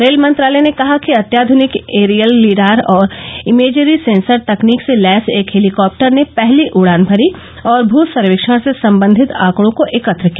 rail मंत्रालय ने कहा कि अत्याध्निक एरियल लीडार और इमेजरी सेंसर तकनीक से लैस एक हेलीकॉटर ने पहली उड़ान भरी और भू सर्वेक्षण से संबंधित आंकड़ों को एकत्र किया